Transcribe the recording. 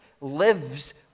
lives